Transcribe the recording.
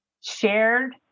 shared